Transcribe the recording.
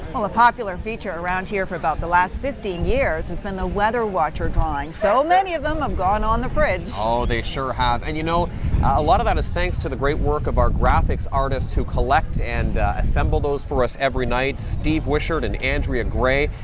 well a popular feature around here for about the last fifteen years has been the weather watcher drawing, so many of them have gone on the fridge. tony oh, they sure have. and you know a lot of that is thanks to the great work of our graphics artists who collect and assemble those for us every night. steve wishern and andrea grey,